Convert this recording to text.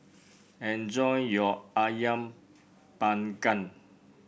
enjoy your ayam Panggang